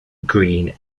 green